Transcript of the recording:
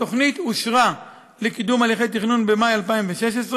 התוכנית אושרה לקידום הליכי תכנון במאי 2016,